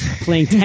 playing